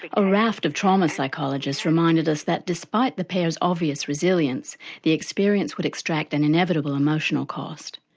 but a raft of trauma psychologists reminded us that despite the pairs obvious resilience the experience would extract an inevitable emotional cost.